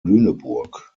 lüneburg